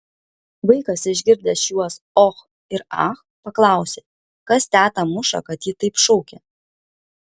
vaikas išgirdęs šiuos och ir ach paklausė kas tetą muša kad ji taip šaukia